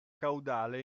caudale